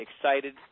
excited